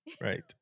Right